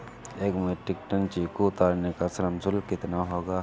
एक metric ton चीकू उतारने का श्रम शुल्क कितना होगा?